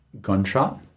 gunshot